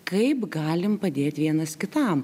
kaip galim padėt vienas kitam